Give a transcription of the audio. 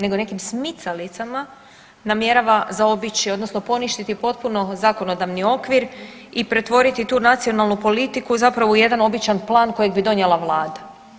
Nego nekim smicalicama namjerava zaobići odnosno poništiti potpuno zakonodavni okvir i pretvoriti tu nacionalnu politiku zapravo u jedan običan plan kojeg bi donijela vlada.